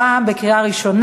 הביטוח הלאומי (תיקון מס' 148),